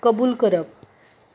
कबूल करप